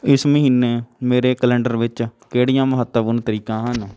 ਇਸ ਮਹੀਨੇ ਮੇਰੇ ਕੈਲੰਡਰ ਵਿੱਚ ਕਿਹੜੀਆਂ ਮਹੱਤਵਪੂਰਨ ਤਾਰੀਖਾਂ ਹਨ